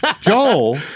Joel